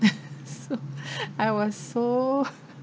so I was so